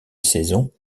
saison